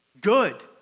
Good